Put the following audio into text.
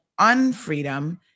Unfreedom